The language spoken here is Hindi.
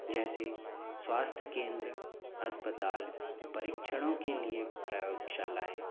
जैसे स्वास्थ्य केंद्र अस्पताल परीक्षणों के लिए प्रयोगशालाएँ